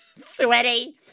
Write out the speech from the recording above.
sweaty